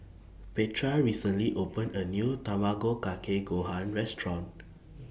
Petra recently opened A New Tamago Kake Gohan Restaurant